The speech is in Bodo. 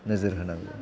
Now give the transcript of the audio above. नोजोर होनांगौ